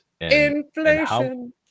Inflation